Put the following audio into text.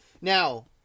Now